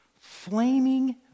Flaming